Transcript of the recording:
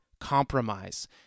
compromise